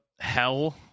hell